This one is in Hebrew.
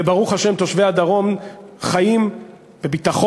וברוך השם, תושבי הדרום חיים בביטחון.